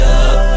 up